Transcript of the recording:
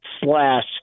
slash